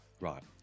Right